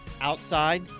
outside